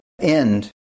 end